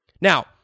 Now